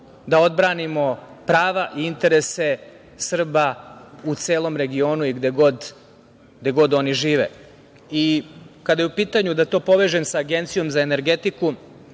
da odbranimo prava i interese Srba u celom regionu i gde god oni žive. Da to povežem sa Agencijom za energetiku,